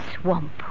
swamp